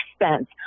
expense